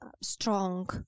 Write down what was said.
strong